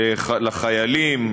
לחיילים,